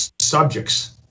subjects